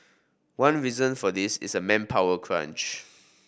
one reason for this is a manpower crunch